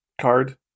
card